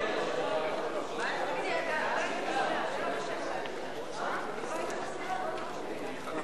הצעות סיעות בל"ד חד"ש רע"ם-תע"ל להביע אי-אמון בממשלה לא נתקבלה.